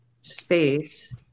space